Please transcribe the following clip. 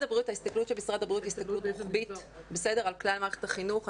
ההסתכלות של משרד הבריאות היא הסתכלות רוחבית על כלל מערכת החינוך.